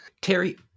Terry